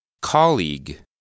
Colleague